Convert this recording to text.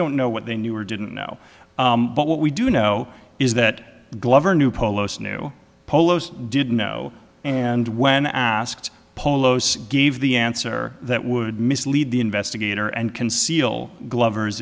don't know what they knew or didn't know but what we do know is that glover knew polos knew polos didn't know and when asked polos gave the answer that would mislead the investigator and conceal glover